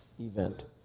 event